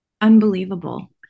unbelievable